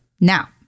Now